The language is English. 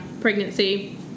pregnancy